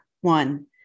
one